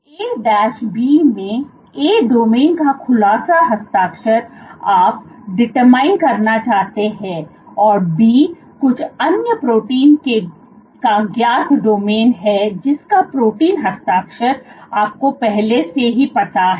तो A B में A domain का खुलासा हस्ताक्षर आप डिटरमाइंड करना चाहते हैं और B कुछ अन्य प्रोटीन का ज्ञात डोमेन है जिसका प्रोटीन हस्ताक्षर आपको पहले से पता है